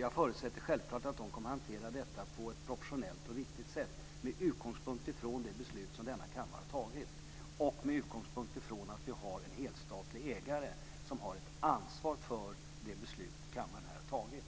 Jag förutsätter självklart att de kommer att hantera det på ett professionellt och riktigt sätt med utgångspunkt i det beslut som denna kammare har fattat och med utgångspunkt i att vi har en helstatlig ägare som har ett ansvar för det beslut som kammaren har fattat. Det